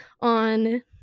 on